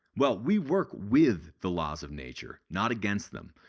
well, we work with the laws of nature, not against them.